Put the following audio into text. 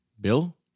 Bill